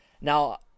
Now